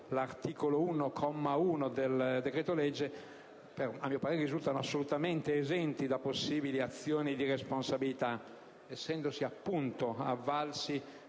l'articolo 1, comma 1, del decreto‑legge, risultano assolutamente esenti da possibili azioni di responsabilità, essendosi - appunto - avvalsi